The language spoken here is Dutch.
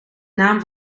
naam